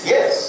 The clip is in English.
Yes